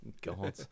god